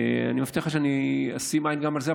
אני מבטיח לך שאני אשים עין גם על זה,